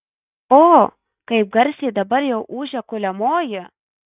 o kaip garsiai dabar jau ūžia kuliamoji